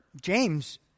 James